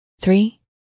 three